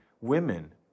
Women